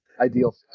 ideal